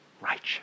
righteous